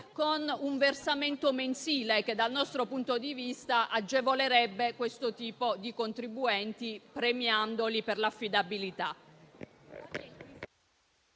con un versamento mensile, che dal nostro punto di vista agevolerebbe questo tipo di contribuenti premiandoli per l'affidabilità.